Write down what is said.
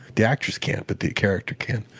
the actress can't but the character can.